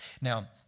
Now